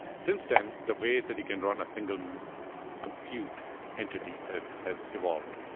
since then, the ways that you can run a single compute entity has has evolved.